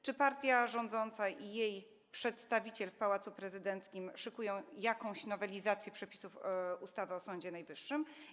Czy partia rządząca i jej przedstawiciel w Pałacu Prezydenckim szykują jakąś nowelizację przepisów ustawy o Sądzie Najwyższym?